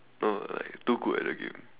no like too good at the game